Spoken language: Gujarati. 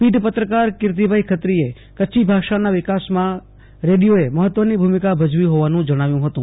પીઢ પત્રકાર કીર્તિ ભાઇ ખત્રી એ કચ્છી ભાષાના વિકાસ માં રેડિયોએ મહત્વની ભુમિકા ભજવી હોવાનું જણાવ્યું હતું